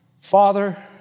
Father